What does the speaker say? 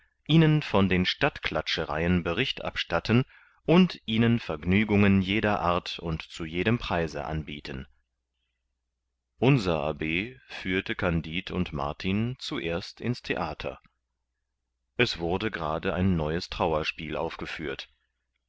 ihnen von den stadtklatschereien bericht abstatten und ihnen vergnügungen jeder art und zu jedem preise anbieten unser abb führte kandid und martin zuerst ins theater es wurde gerade ein neues trauerspiel aufgeführt